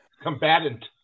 combatant